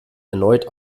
erneut